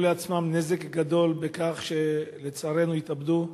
לעצמם נזק גדול בכך שלצערנו התאבדו.